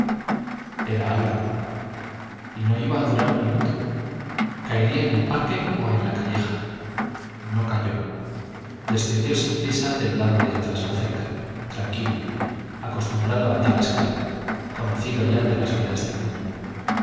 era álvaro y no iba a durar un minuto caería en el parque o a la calleja no cayó descendió sin prisa del lado de traslacerca tranquilo acostumbrado a tal escalo conocido ya de las piedras del muro